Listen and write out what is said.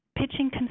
pitching